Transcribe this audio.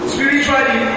Spiritually